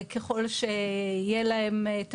ככל שיהיה להם,